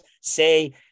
say